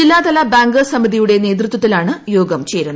ജില്ലാതല ബാങ്കേഴ്സ് സമിതിയുടെ നേതൃത്വത്തിലാണ് യോഗം ചേരുന്നത്